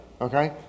Okay